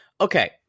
Okay